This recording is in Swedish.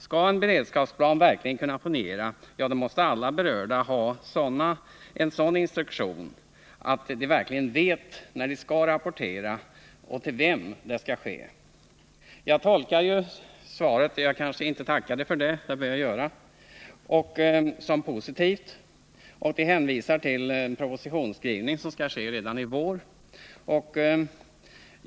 Skall en beredskapsplan verkligen kunna fungera, måste alla berörda ha sådana instruktioner att de verkligen vet när de skall rapportera och till vem de skall rapportera. Jag tolkar svaret som positivt — jag kanske inte tackade för det, men det bör jag göra. I svaret hänvisas till att en proposition skall skrivas redan i vår.